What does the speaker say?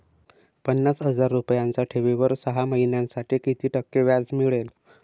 पन्नास हजार रुपयांच्या ठेवीवर सहा महिन्यांसाठी किती टक्के व्याज मिळेल?